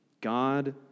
God